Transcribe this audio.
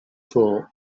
thought